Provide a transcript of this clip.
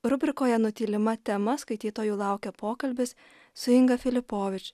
rubrikoje nutylima tema skaitytojų laukia pokalbis su inga filipovič